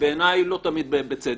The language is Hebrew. ובעיניי לא תמיד בצדק,